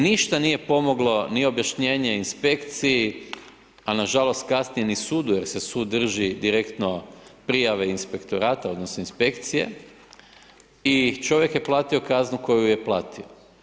Ništa nije pomoglo ni objašnjenje inspekciji, a nažalost kasnije ni Sudu, jer se Sud drži direktno prijave Inspektorata odnosno inspekcije, i čovjek je platio kaznu koju je platio.